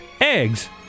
eggs